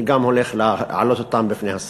אני גם הולך להעלות אותן בפני השרים,